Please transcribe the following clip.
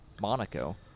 Monaco